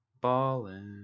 Ballin